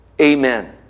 Amen